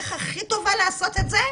והדרך הכי טובה לעשות את זה,